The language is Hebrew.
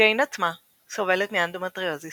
ג'ין עצמה סובלת מאנדומטריוזיס